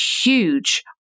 huge